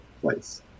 place